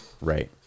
Right